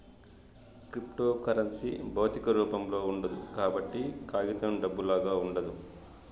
cryptocurrency భౌతిక రూపంలో ఉండదు కాబట్టి కాగితం డబ్బులాగా ఉండదు